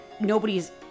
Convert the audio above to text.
nobody's